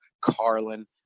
Carlin